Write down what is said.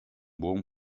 buon